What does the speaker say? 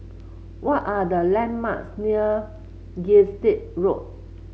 what are the landmarks near Gilstead Road